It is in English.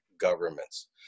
Governments